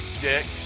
dick